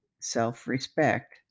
self-respect